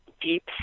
deep